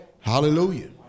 Hallelujah